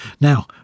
Now